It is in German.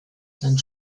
sein